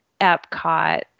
Epcot